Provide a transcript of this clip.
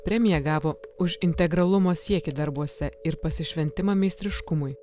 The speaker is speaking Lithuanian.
premiją gavo už integralumo siekį darbuose ir pasišventimą meistriškumui